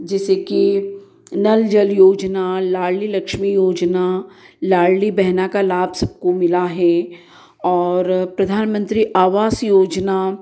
जैसे कि नल जल योजना लाडली लक्ष्मी योजना लाडली बहना का लाभ सबको मिला है और प्रधानमन्त्री आवास योजना